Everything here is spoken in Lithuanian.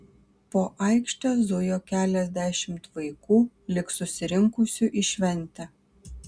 po aikštę zujo keliasdešimt vaikų lyg susirinkusių į šventę